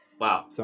Wow